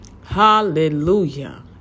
Hallelujah